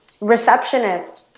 receptionist